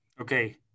okay